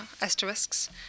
asterisks